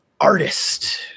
artist